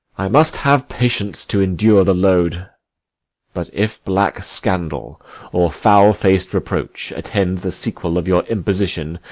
i must have patience to endure the load but if black scandal or foul-fac'd reproach attend the sequel of your imposition,